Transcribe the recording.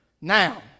Now